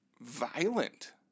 violent